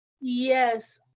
Yes